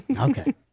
Okay